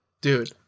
Dude